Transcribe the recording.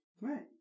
Right